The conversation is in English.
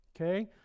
Okay